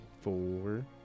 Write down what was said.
four